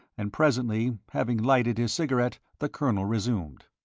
and presently, having lighted his cigarette, the colonel resumed